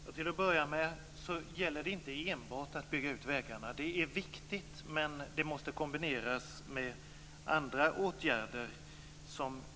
Fru talman! Till att börja med gäller det inte enbart att bygga ut vägarna. Det är viktigt, men det måste kombineras med andra åtgärder.